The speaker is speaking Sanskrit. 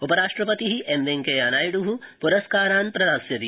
उपराष्ट्रपति एमवेंकैयानायडू पुरस्कारान स प्रधास्यति